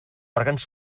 òrgans